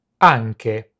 anche